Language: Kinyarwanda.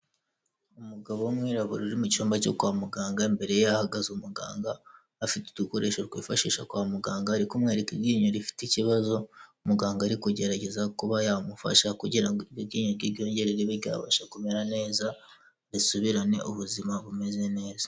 Umugabo w'umwirabura uri mu cyumba cyo kwa muganga, imbere ye hahagaze umuganga, afite udukoresho twifashisha kwa muganga, ari kumwereka iryinyo rifite ikibazo, umuganga ari kugerageza kuba yamufasha kugira ngo iryinyo rye ryongere ribe ryabasha kumera neza, risubirane ubuzima bumeze neza.